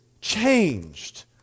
changed